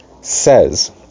says